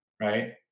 Right